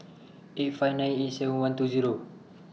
eight five nine eight seven one two Zero